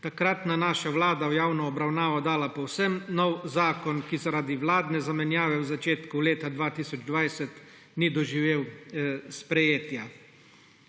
takratna naša vlada v javno obravnavo dala povsem nov zakon, ki zaradi vladne zamenjave v začetku leta 2020 ni doživel sprejetja.